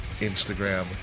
Instagram